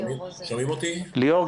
היום 95% מבתי המלון סגורים.